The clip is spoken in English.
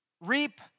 reap